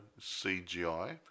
CGI